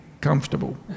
comfortable